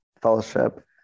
fellowship